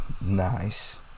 Nice